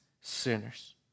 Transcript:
sinners